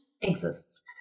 exists